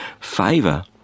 favour